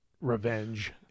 revenge